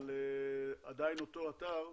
אבל עדיין אותו אתר.